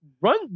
Run